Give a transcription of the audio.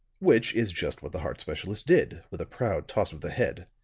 which is just what the heart-specialist did, with a proud toss of the head.